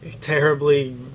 terribly